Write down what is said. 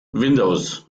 windows